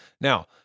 Now